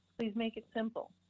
please make it simple.